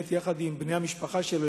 יחד עם בני המשפחה שלו,